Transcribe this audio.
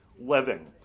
living